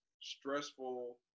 stressful